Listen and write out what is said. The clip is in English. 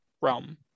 realm